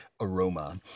aroma